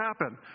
happen